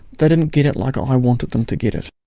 they didn't get it like um i wanted them to get it.